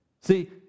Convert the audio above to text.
See